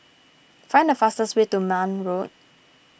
find the fastest way to Marne Road